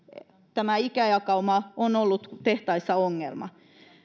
ikäjakauma on ollut tehtaissa ongelma